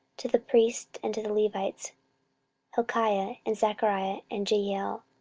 to the priests, and to the levites hilkiah and zechariah and jehiel,